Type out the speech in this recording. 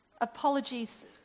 Apologies